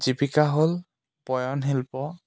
জীৱিকা হ'ল বয়নশিল্প